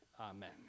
amen